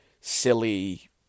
silly